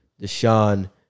Deshaun